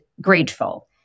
grateful